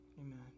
Amen